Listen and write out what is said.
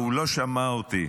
והוא לא שמע אותי,